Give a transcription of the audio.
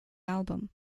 album